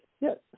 Yes